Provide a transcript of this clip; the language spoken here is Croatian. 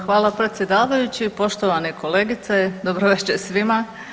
Hvala predsjedavajući, poštovane kolegice dobro večer svima.